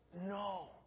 no